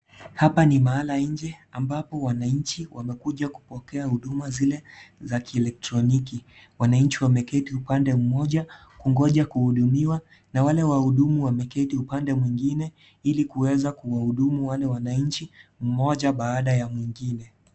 Hapa ni mahala nje ambapo wananchi wamekuja kupokea huduma zile za kielektroniki, wananchi wameketi upande mmoja kungoja kuhudumiwa na wale wahudumu wameketi upande mwingine ilikuweza kuwahudumu wale wananchi mmoja baada ya mwingine.